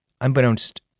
unbeknownst